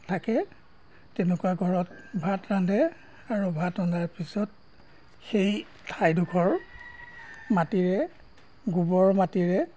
থাকে তেনেকুৱা ঘৰত ভাত ৰান্ধে আৰু ভাত ৰন্ধাৰ পিছত সেই ঠাইডোখৰ মাটিৰে গোবৰ মাটিৰে